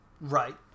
Right